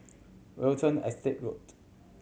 Watten Estate Road